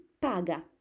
Paga